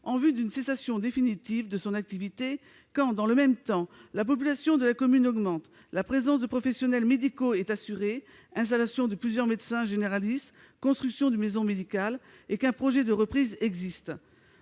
en vue d'une cessation définitive de son activité quand, dans le même temps, la population de la commune augmente, que la présence de professionnels médicaux est assurée- installation de plusieurs médecins généralistes, construction d'une maison médicale -et qu'un projet de reprise existe